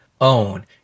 own